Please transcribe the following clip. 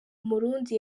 murundi